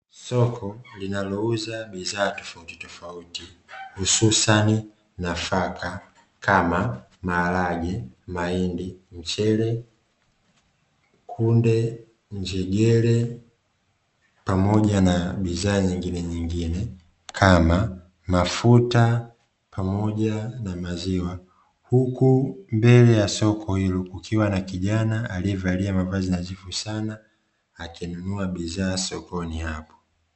Soko linalouza bidhaa tofautitofauti hususani; nafaka kama maharage, mahindi, mchele, kunde, njegere pamoja na bidhaa nyingine nyingine kama mafuta pamoja na maziwa. Huku mbele ya soko hilo kukiwa na kijana aliyevalia mavazi ya jivu sanaa akinunua bidhaa sokoni hapo.